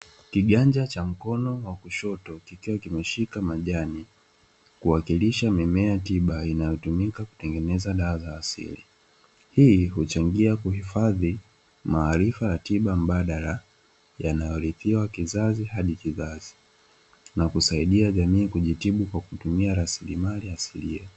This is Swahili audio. Kiganja cha mkono wa kushoto kikiwa imeshika majani kinawakilisha mimea tiba, hii huchangia kuhifadhi maarifa mbadala yanayo ridhiwa kizazi na kizazi yanayoonyesha matumizi ya dawa asilia.